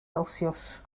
celsius